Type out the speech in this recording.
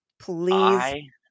Please